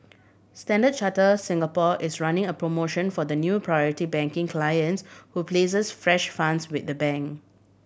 Standard Charter Singapore is running a promotion for the new Priority Banking clients who places fresh funds with the bank